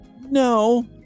No